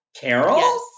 Carol